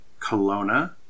Kelowna